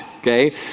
okay